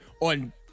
on